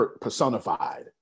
personified